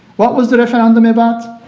what was the referendum about?